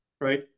right